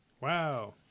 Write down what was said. Wow